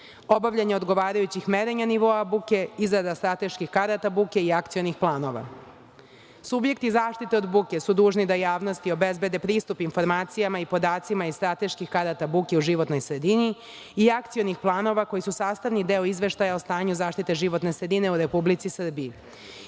obavljanje odgovarajućih merenja nivoe buke, izrada strateških karata buke i akcionih planova. Subjekti zaštite od buke su dužni da javnosti obezbede pristup informacijama i podacima iz strateških karata buke o životnoj sredini i akcionih planova koji su sastavni deo izveštaja o stanju zaštite životne sredine u Republici Srbiji